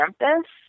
campus